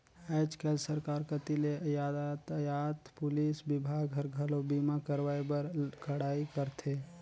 आयज कायज सरकार कति ले यातयात पुलिस विभाग हर, घलो बीमा करवाए बर कड़ाई करथे